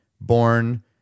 born